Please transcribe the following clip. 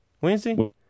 wednesday